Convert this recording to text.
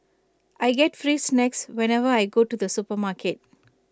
I get free snacks whenever I go to the supermarket